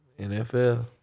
NFL